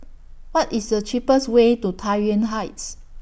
What IS The cheapest Way to Tai Yuan Heights